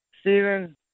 Stephen